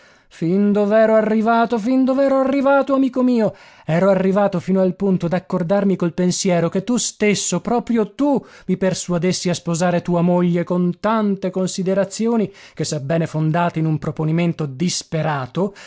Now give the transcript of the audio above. corrispondenza fin dov'ero arrivato fin dov'ero arrivato amico mio ero arrivato fino al punto d'accordarmi col pensiero che tu stesso proprio tu mi persuadessi a sposare tua moglie con tante considerazioni che sebbene fondate in un proponimento disperato